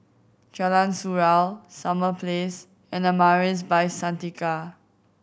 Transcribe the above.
Jalan Surau Summer Place and Amaris By Santika